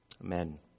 Amen